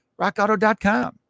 rockauto.com